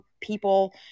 people